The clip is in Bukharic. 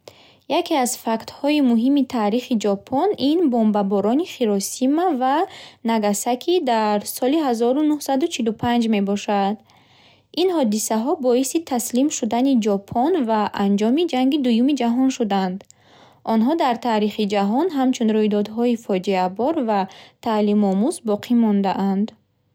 Яке аз фактҳои муҳими таърихи Ҷопон ин бомбаборони Хиросима ва Нагасаки дар соли ҳазору нуҳсаду чилу панҷ мебошад. Ин ҳодисаҳо боиси таслим шудани Ҷопон ва анҷоми Ҷанги Дуюми Ҷаҳон шуданд. Онҳо дар таърихи ҷаҳон ҳамчун рӯйдодҳои фоҷеабор ва таълимомӯз боқӣ мондаанд.